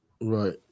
Right